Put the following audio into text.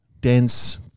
dense